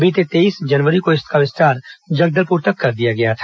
बीते तेईस जनवरी को इसका विस्तार जगदलपुर तक कर दिया गया था